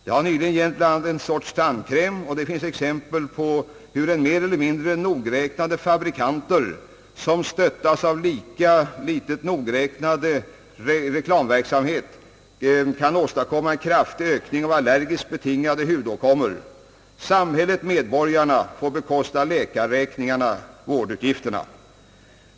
Det har nyligen gällt bl.a. en sorts tandkräm, och det finns exempel på hur mer eller mindre nogräknade fabrikanter, som stöttas av en lika mer eller mindre nogräknad reklamverksamhet, kan åstadkomma en kraftig ökning av allergiskt betingade hudåkommor. Samhället-medborgarna får bekosta läkarräkningarna och andra vårdutgifter.